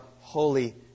holy